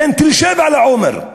בין תל-שבע לעומר?